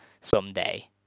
someday